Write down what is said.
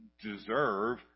deserve